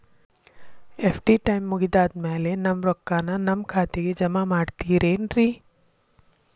FD time ಮುಗಿದಾದ್ ಮ್ಯಾಲೆ ನಮ್ ರೊಕ್ಕಾನ ನಮ್ ಖಾತೆಗೆ ಜಮಾ ಮಾಡ್ತೇರೆನ್ರಿ?